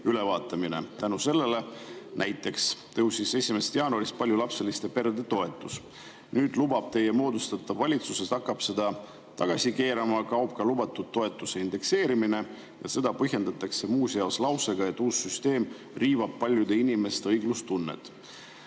ülevaatamine. Tänu sellele näiteks tõusis 1. jaanuarist paljulapseliste perede toetus. Nüüd lubab teie moodustatav valitsus, et hakkab seda tagasi keerama, kaob ka lubatud toetuse indekseerimine. Seda põhjendatakse muu seas lausega, et uus süsteem riivab paljude inimeste õiglustunnet.